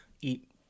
eat